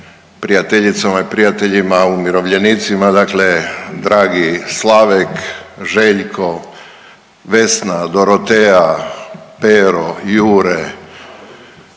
prijateljicama i prijateljima umirovljenicima, dakle dragi Slavek, Željko, Vesna, Doroteja, Pero, Jure